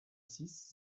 six